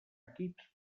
equips